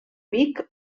vic